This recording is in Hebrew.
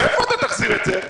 מאיפה אתה תחזיר את זה?